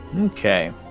Okay